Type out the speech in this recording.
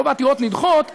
רוב העתירות נדחות על,